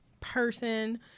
person